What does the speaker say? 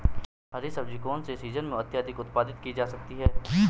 हरी सब्जी कौन से सीजन में अत्यधिक उत्पादित की जा सकती है?